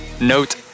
note